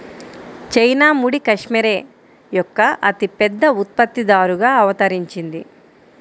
China ముడి cashmere యొక్క అతిపెద్ద ఉత్పత్తిదారుగా అవతరించింది